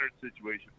situation